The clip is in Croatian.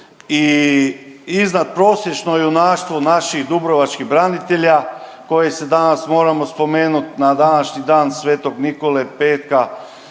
i iznad prosječno junaštvo naših dubrovačkih branitelja kojih se danas moramo spomenuti na današnji dan sv. Nikole petka